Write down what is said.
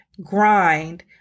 grind